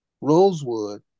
Rosewood